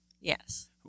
Yes